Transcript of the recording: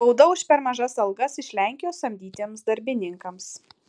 bauda už per mažas algas iš lenkijos samdytiems darbininkams